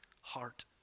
heart